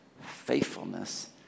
faithfulness